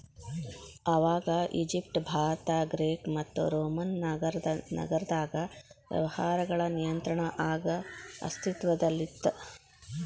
ಆವಾಗ Egypt Bharata Greek ಮತ್ತು Roman ನಾಗರದಾಗ ವ್ಯವಹಾರಗಳ ನಿಯಂತ್ರಣ ಆಗ ಅಸ್ತಿತ್ವದಲ್ಲಿತ್ತ